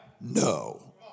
No